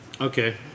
Okay